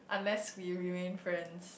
unless we remain friends